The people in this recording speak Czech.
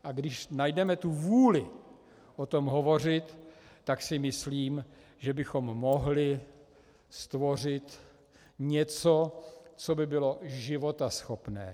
A když najdeme vůli o tom hovořit, tak si myslím, že bychom mohli stvořit něco, co by bylo životaschopné.